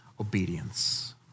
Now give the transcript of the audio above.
obedience